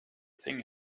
thing